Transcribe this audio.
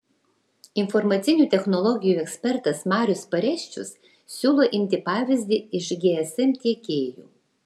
informacinių technologijų ekspertas marius pareščius siūlo imti pavyzdį iš gsm tiekėjų